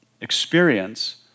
experience